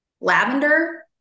lavender